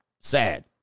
sad